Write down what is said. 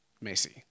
Macy